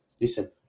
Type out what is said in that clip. Listen